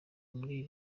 muri